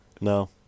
No